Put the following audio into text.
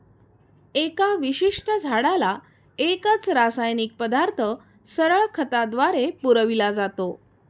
एका विशिष्ट झाडाला एकच रासायनिक पदार्थ सरळ खताद्वारे पुरविला जातो